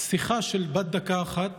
על שיחה בת דקה אחת